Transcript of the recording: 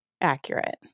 accurate